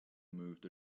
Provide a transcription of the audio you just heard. moved